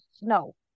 no